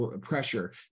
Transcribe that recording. pressure